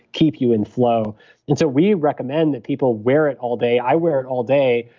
keep you in flow and so we recommend that people wear it all day. i wear it all day,